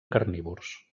carnívors